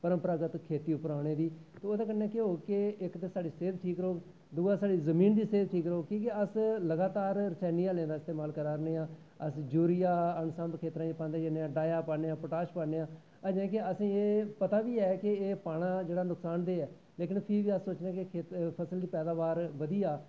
परंपरागत खेत्ती उप्पर आने दी इक ते एह्दे कन्नै साढ़ी सेह्त ठीक रौह्ग दुई जमीन गी ठाक रखगी कि के अस लगातार रसैनिक हैलें दा इस्तेमाल करा ने आं अस यूरिया खेत्तरें च पाने आं डाया पान्ने आं पटाश पान्ने आं अजैं असेंगी पता बी ऐ कि एह् पाना नुकसान देह् ऐ फ्ही बी अस सोचने कि फसल दी पैदाबार बधी जी